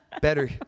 better